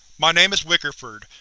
my name is wickerford,